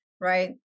right